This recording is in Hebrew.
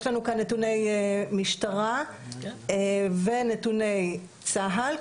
יש לנו כאן נתוני משטרה ונתוני צה"ל,